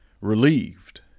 relieved